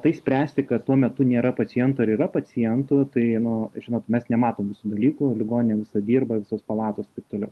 tai spręsti kad tuo metu nėra pacientų ar yra pacientų tai nu žinot mes nematom visų dalykų ligoninė visa dirba visos palatos taip toliau